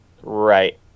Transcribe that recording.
Right